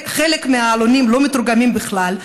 חלק מהעלונים לא מתורגמים בכלל,